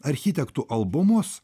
architektų albumus